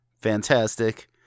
fantastic